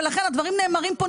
ולכן הדברים נאמרים פה,